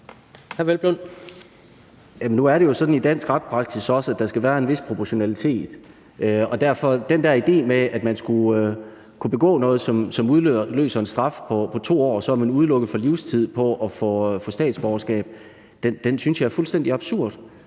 Nu er det jo sådan i dansk retspraksis, at der skal være en vis proportionalitet, og den der idé med, at hvis man har begået noget, som udløser en straf på 2 år, så er man udelukket på livstid fra at få statsborgerskab, synes jeg er fuldstændig absurd.